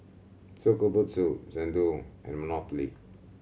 Shokubutsu Xndo and Monopoly